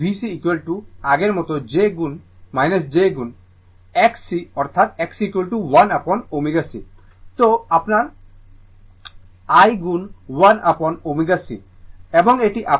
সুতরাং VC আগের মতো j গুণ j গুণ I Xc অর্থাৎ Xc 1 অ্যাপন ω c তো আপনার I গুণ 1 অ্যাপন ω c